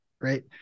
Right